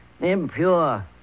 impure